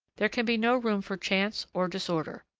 there can be no room for chance or disorder.